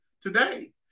today